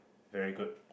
very good